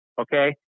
okay